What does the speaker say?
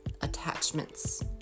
attachments